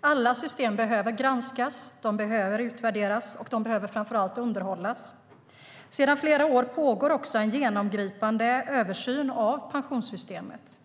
Alla system behöver granskas, utvärderas och underhållas. Sedan flera år pågår också en genomgripande översyn av pensionssystemet.